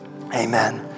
amen